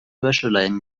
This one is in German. wäscheleinen